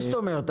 מה זאת אומרת?